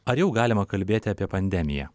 ar jau galima kalbėti apie pandemiją